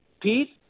Pete